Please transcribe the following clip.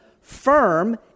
firm